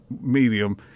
medium